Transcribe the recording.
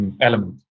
element